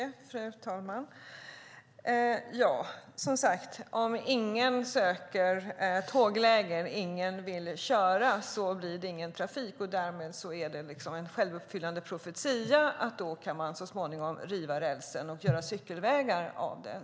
Fru talman! Om ingen söker tågläge, om ingen vill köra tåget blir det ingen trafik, och då blir det en självuppfyllande profetia. Då kan man så småningom riva rälsen och göra cykelvägar av den.